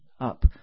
up